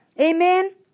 Amen